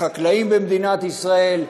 החקלאים במדינת ישראל,